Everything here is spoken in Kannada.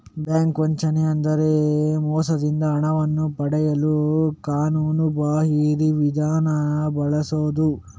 ಬ್ಯಾಂಕ್ ವಂಚನೆ ಅಂದ್ರೆ ಮೋಸದಿಂದ ಹಣವನ್ನು ಪಡೆಯಲು ಕಾನೂನುಬಾಹಿರ ವಿಧಾನ ಬಳಸುದು